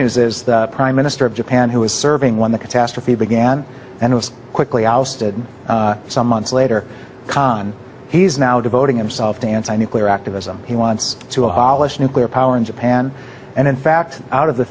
news is the prime minister of japan who is serving when the catastrophe began and was quickly ousted some months later he's now devoting himself to answer nuclear activism he wants to abolish nuclear power in japan and in fact out of the